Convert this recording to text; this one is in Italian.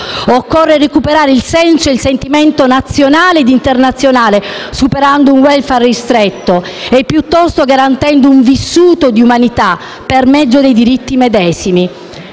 occorre recuperare il senso ed il sentimento nazionale ed internazionale, superando un *welfare* ristretto, e piuttosto garantendo un vissuto di umanità per mezzo dei diritti medesimi.